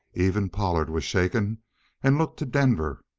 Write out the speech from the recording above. even pollard was shaken and looked to denver.